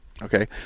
Okay